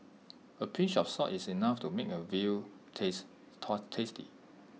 A pinch of salt is enough to make A veal taste tasty